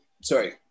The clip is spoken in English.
sorry